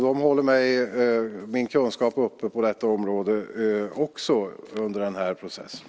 De håller också min kunskap uppe på detta område under den här processen.